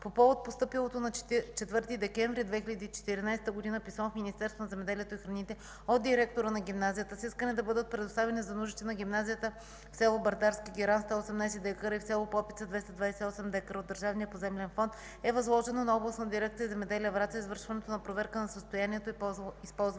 По повод постъпилото на 4 декември 2014 г. писмо в Министерството на земеделието и храните от директора на гимназията с искане да бъдат предоставени за нуждите на гимназията в село Бърдарски геран 118 дка и в село Попица 228 дка от Държавния поземлен фонд, е възложено на Областна дирекция „Земеделие” – Враца, извършването на проверка на състоянието и ползването на подробно